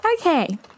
Okay